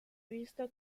vista